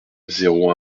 zéro